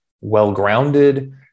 well-grounded